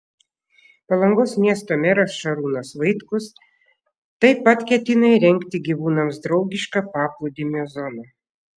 palangos miesto meras šarūnas vaitkus taip pat ketina įrengti gyvūnams draugišką paplūdimio zoną